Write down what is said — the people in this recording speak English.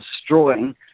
destroying